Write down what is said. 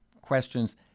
questions